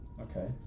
Okay